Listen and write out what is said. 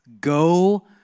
go